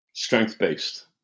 strength-based